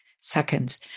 seconds